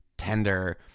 Tender